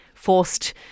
Forced